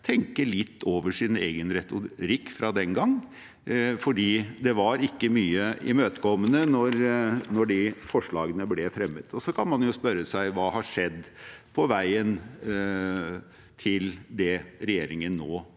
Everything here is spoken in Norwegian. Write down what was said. tenke litt over sin egen retorikk fra den gang, for de var ikke særlig imøtekommende da disse forslagene ble fremmet. Så kan man jo spørre seg: Hva har skjedd på veien til det regjeringen nå